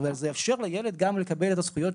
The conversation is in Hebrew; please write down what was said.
אבל זה יאפשר לילד גם לקבל את הזכויות